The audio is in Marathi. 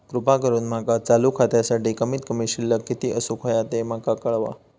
कृपा करून माका चालू खात्यासाठी कमित कमी शिल्लक किती असूक होया ते माका कळवा